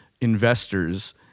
investors